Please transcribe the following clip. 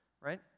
right